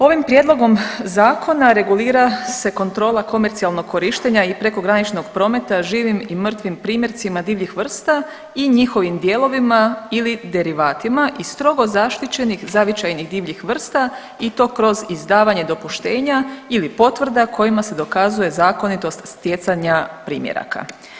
Ovim prijedlogom Zakona regulira se kontrola komercijalnog korištenja i prekograničnog prometa živim i mrtvim primjercima divljih vrsta i njihovim dijelovima ili derivatima i strogo zaštićenih zavičajnih divljih vrsta i to kroz izdavanje dopuštenja ili potvrda kojima se dokazuje zakonitost stjecanja primjeraka.